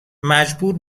مجبور